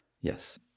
Yes